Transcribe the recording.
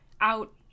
out